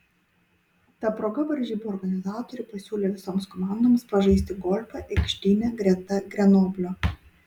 ta proga varžybų organizatoriai pasiūlė visoms komandoms pažaisti golfą aikštyne greta grenoblio